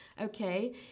okay